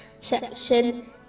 section